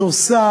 שעושה